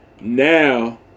Now